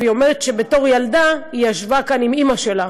והיא אומרת שבתור ילדה היא ישבה כאן עם אימא שלה.